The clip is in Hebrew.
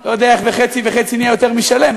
לא יודע איך חצי וחצי נהיה יותר משלם,